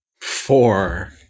Four